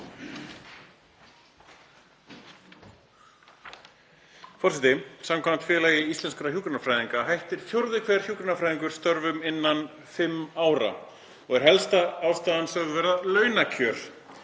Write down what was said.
Forseti. Samkvæmt Félagi íslenskra hjúkrunarfræðinga hættir fjórði hver hjúkrunarfræðingur störfum innan fimm ára og er helsta ástæðan sögð vera launakjör.